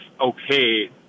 okay